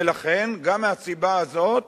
ולכן, גם מהסיבה הזאת,